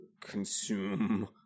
consume